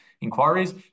inquiries